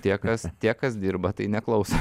tie kas tie kas dirba tai neklauso